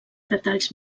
detalls